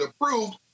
approved